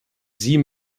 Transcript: sie